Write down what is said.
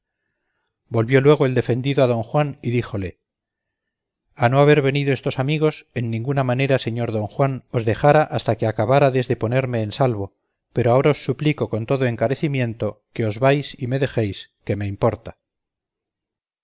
volvió luego el defendido a don juan y díjole a no haber venido estos amigos en ninguna manera señor don juan os dejara hasta que acabárades de ponerme en salvo pero ahora os suplico con todo encarecimiento que os vais y me dejéis que me importa